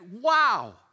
wow